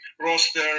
roster